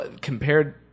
compared